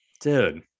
Dude